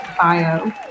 bio